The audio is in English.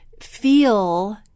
feel